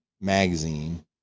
magazine